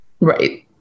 Right